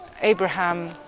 Abraham